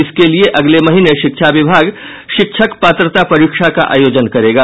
इसके लिये अगले महीने शिक्षा विभाग शिक्षक पात्रता परीक्षा का आयोजन करेगा